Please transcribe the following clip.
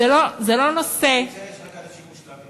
זה לא נושא בקואליציה יש רק אנשים מושלמים.